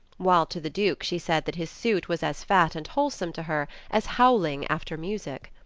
while to the duke she said that his suit was as fat and wholesome to her as howling after music.